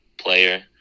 player